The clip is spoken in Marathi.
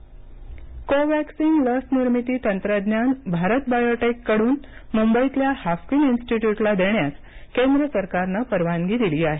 हाफकिन कोवॅक्सिन लस निर्मिती तंत्रज्ञान भारत बायोटेककडून मुंबईतल्या हाफकिन इन्स्टीट्यूटला देण्यास केंद्र सरकारनं परवानगी दिली आहे